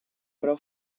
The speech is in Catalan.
prou